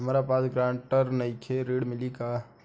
हमरा पास ग्रांटर नईखे ऋण मिली का?